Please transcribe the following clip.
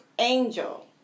Angel